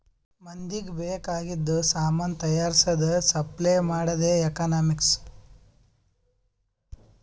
ಮಂದಿಗ್ ಬೇಕ್ ಆಗಿದು ಸಾಮಾನ್ ತೈಯಾರ್ಸದ್, ಸಪ್ಲೈ ಮಾಡದೆ ಎಕನಾಮಿಕ್ಸ್